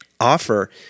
offer